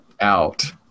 out